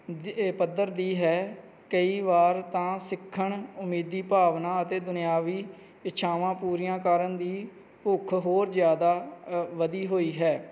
ਦੀ ਪੱਧਰ ਦੀ ਹੈ ਕਈ ਵਾਰ ਤਾਂ ਸਿੱਖਣ ਉਮੀਦੀ ਭਾਵਨਾ ਅਤੇ ਦੁਨਿਆਵੀ ਇੱਛਾਵਾਂ ਪੂਰੀਆਂ ਕਰਨ ਦੀ ਭੁੱਖ ਹੋਰ ਜ਼ਿਆਦਾ ਵਧੀ ਹੋਈ ਹੈ